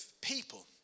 people